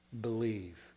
Believe